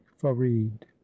Farid